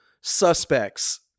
suspects